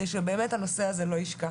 כדי שהנושא הזה באמת לא ישקע.